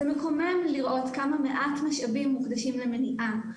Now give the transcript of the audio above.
זה מקומם לראות כמה מעט משאבים מוקדשים למניעה,